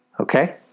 Okay